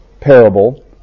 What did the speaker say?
parable